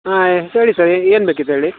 ಹಾಂ ಹೇಳಿ ಸರ್ ಏನು ಬೇಕಿತ್ತು ಹೇಳಿ